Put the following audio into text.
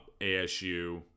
ASU